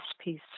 piece